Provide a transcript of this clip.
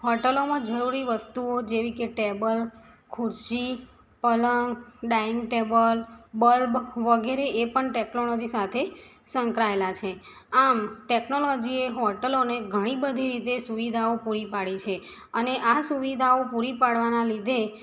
હોટલોમાં જરૂરી વસ્તુઓ જેવી કે ટેબલ ખુરશી પલંગ ડાઈંગ ટેબલ બલ્બ વગેરે એ પણ ટેકનોલોજી સાથે સંકળાયેલા છે આમ ટેકનોલોજીએ હોટૅલોને ઘણી બધી રીતે સુવિધાઓ પૂરી પડી છે અને આ સુવિધાઓ પૂરી પડવાનાં લીધે